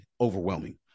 overwhelming